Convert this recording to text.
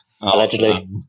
Allegedly